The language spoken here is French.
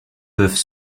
peuvent